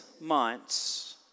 months